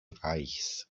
reichs